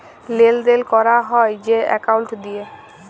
লেলদেল ক্যরা হ্যয় যে একাউল্ট দিঁয়ে